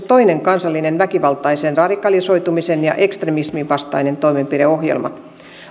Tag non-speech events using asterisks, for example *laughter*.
*unintelligible* toinen kansallinen väkivaltaisen radikalisoitumisen ja ekstremismin vastainen toimenpideohjelma